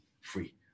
free